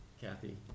Kathy